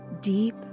deep